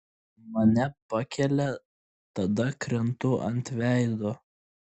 mane pakelia tada krentu ant veido